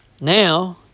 now